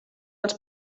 els